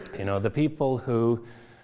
you know the people who